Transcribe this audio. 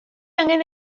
angen